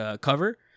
cover